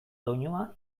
doinua